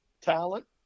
talent